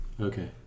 Okay